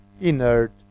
inert